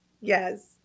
Yes